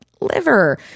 liver